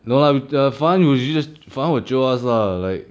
no lah with err farhan will usually just farhan will jio us lah like